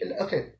Okay